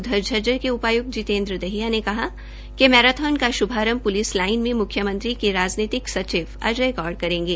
उधर झज्जर के उपाय्क्त जितेन्द्र दहियां ने कहा कि मैराथन प्लिस लाइन में मुख्यमंत्री राजनीतिक सचिव अजय गौड़ करेंगें